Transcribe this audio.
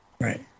Right